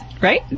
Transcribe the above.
right